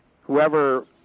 whoever